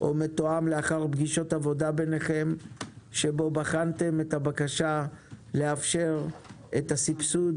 או מתואם לאחר פגישות עבודה ביניכם שבו בחנתם את הבקשה לאפשר את הסבסוד